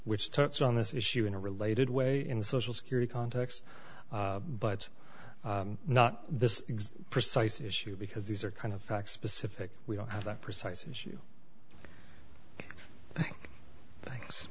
which starts on this issue in a related way in the social security context but not this precise issue because these are kind of facts specific we don't have that precise issue thanks